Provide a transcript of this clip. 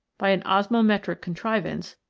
by an osmometric contrivance,